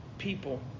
people